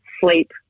sleep